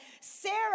Sarah